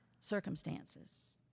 circumstances